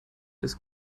des